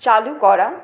চালু করা